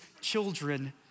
children